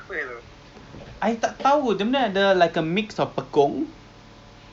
mm mm ya lor actually semua pun dah agree apa sunday semua okay